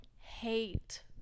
hate